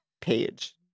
Page